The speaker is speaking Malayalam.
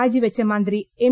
രാജിവച്ച മന്ത്രി എം